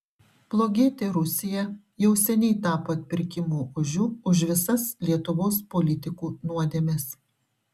blogietė rusija jau seniai tapo atpirkimo ožiu už visas lietuvos politikų nuodėmes